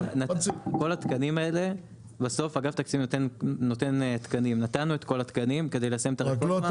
אגף תקציבים נתן את כל התקנים כדי לסיים את הרפורמה --- רק לא את